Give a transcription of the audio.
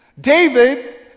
David